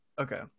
Okay